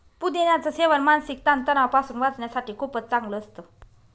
पुदिन्याच सेवन मानसिक ताण तणावापासून वाचण्यासाठी खूपच चांगलं असतं